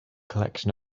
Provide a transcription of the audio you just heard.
collection